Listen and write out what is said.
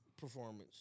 performance